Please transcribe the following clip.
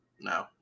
No